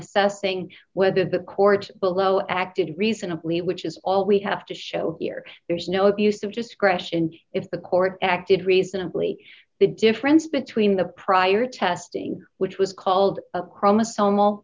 assessing whether the court below acted reasonably which is all we have to show here there's no abuse of discretion if the court acted reasonably the difference between the prior testing which was called chromosom